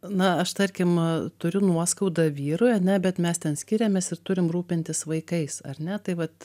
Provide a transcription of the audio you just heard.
na aš tarkim turiu nuoskaudą vyrui ane bet mes ten skiriamės ir turim rūpintis vaikais ar ne tai vat